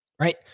right